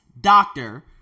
doctor